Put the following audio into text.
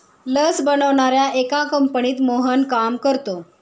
लस बनवणाऱ्या एका कंपनीत मोहन काम करतो